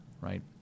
right